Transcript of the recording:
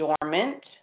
dormant